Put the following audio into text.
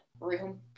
room